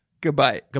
Goodbye